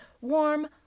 warm